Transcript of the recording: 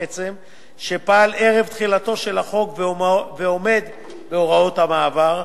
עצם שפעל ערב תחילתו של החוק ועומד בהוראות המעבר.